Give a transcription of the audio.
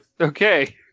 Okay